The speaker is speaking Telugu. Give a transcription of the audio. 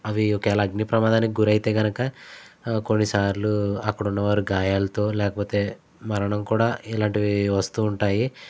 అవి ఒకేలా అగ్ని ప్రమాదానికి గురైతే గనుక కొన్నిసార్లు అక్కడ ఉన్నవారు గాయాలతో లేకపోతే మరణం కూడా ఇలాంటివి వస్తూ ఉంటాయి